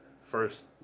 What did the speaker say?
first